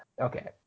Okay